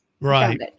Right